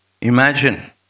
Imagine